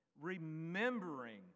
remembering